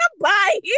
Bye